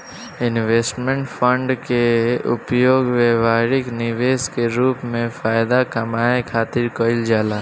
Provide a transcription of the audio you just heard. investment fund के उपयोग व्यापारी निवेश के रूप में फायदा कामये खातिर कईल जाला